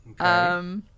Okay